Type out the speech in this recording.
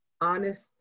honest